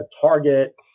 Target